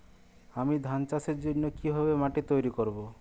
আমি ধান চাষের জন্য কি ভাবে মাটি তৈরী করব?